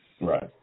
Right